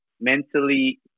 mentally